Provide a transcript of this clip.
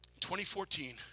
2014